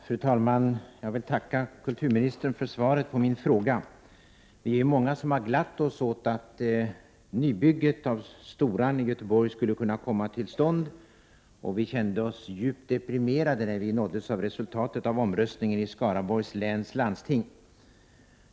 Fru talman! Jag vill tacka kulturministern för svaret på min fråga. Vi är många som har glatt oss åt att nybygget av Storan i Göteborg skulle komma till stånd, och vi kände oss djupt deprimerade när vi fick veta resultatet av omröstningen i Skaraborgs läns landsting.